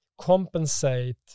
compensate